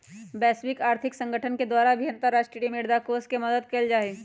वैश्विक आर्थिक संगठन के द्वारा भी अन्तर्राष्ट्रीय मुद्रा कोष के मदद कइल जाहई